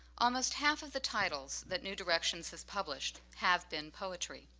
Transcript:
almost half of the titles that new directions has published have been poetry.